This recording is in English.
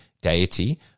Deity